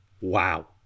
Wow